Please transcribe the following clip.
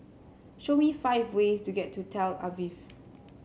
show me five ways to get to Tel Aviv